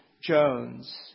Jones